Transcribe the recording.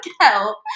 help